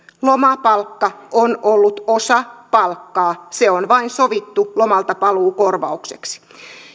lomapalkka on ollut osa palkkaa se on vain sovittu lomaltapaluukorvaukseksi